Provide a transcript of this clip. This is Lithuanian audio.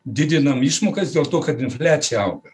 didinam išmokas dėl to kad infliacija auga